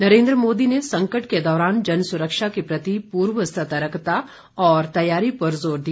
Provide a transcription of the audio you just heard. नरेन्द्र मोदी ने संकट के दौरान जन सुरक्षा के प्रति पूर्व सतर्कता और तैयारी पर जोर दिया